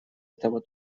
этого